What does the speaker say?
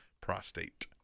prostate